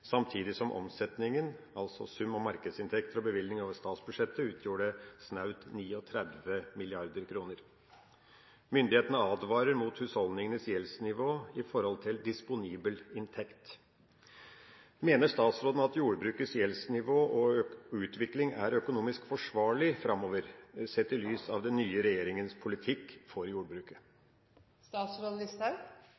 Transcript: samtidig som omsetningen utgjorde snaut 39 mrd. kr. Myndighetene advarer mot husholdningenes gjeldsnivå i forhold til disponibel inntekt. Mener statsråden at jordbrukets gjeldsnivå og -utvikling er økonomisk forsvarlig framover sett i lys av den nye regjeringens politikk for jordbruket?»